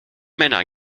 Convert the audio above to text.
männer